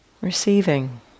Receiving